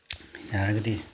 ꯌꯥꯔꯒꯗꯤ